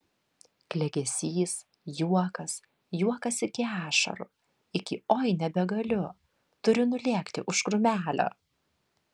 klegesys juokas juokas iki ašarų iki oi nebegaliu turiu nulėkti už krūmelio